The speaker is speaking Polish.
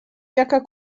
jaka